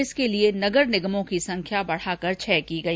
इसके लिए नगर निगमों की संख्या बढ़ाकर छह की गई